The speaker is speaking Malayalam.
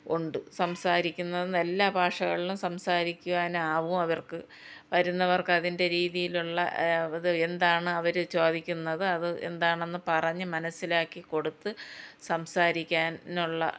ഉണ്ട് സംസാരിക്കുന്നത് എല്ലാ ഭാഷകളിലും സംസാരിക്കുവാനും ആവും അവർക്ക് വരുന്നവർക്ക് അതിൻ്റെ രീതിയിലുള്ള അത് എന്താണ് അവർ ചോദിക്കുന്നത് അത് എന്താണെന്ന് പറഞ്ഞ് മനസ്സിലാക്കി കൊടുത്ത് സംസാരിക്കാനുള്ള